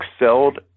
excelled